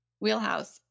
wheelhouse